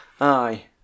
aye